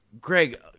Greg